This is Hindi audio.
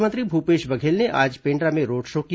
मुख्यमंत्री भूपेश बघेल ने आज पेण्ड्रा में रोड शो किया